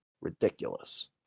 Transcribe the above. ridiculous